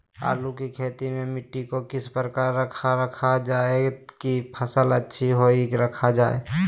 आलू की खेती में मिट्टी को किस प्रकार रखा रखा जाए की फसल अच्छी होई रखा जाए?